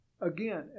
again